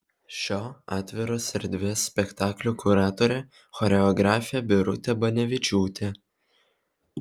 šio atviros erdvės spektaklio kuratorė choreografė birutė banevičiūtė